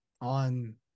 on